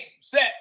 set